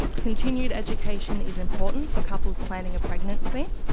continued education is important for couples planning a pregnancy.